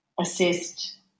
assist